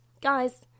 guys